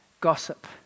gossip